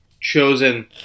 chosen